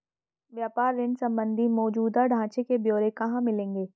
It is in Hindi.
व्यापार ऋण संबंधी मौजूदा ढांचे के ब्यौरे कहाँ मिलेंगे?